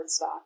cardstock